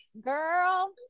girl